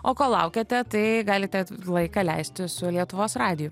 o kol laukiate tai galite laiką leisti su lietuvos radiju